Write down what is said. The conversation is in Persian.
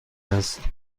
است